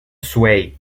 sway